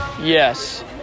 Yes